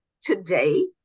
today